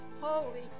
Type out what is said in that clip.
holy